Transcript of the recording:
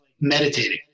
meditating